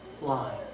line